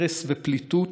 הרס ופליטות.